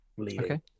okay